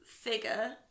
figure